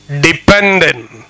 dependent